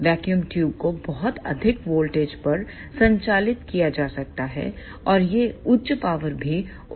vacuum ट्यूबों को बहुत अधिक वोल्टेज पर संचालित किया जा सकता है और ये उच्च पावर भी उत्पन्न कर सकते हैं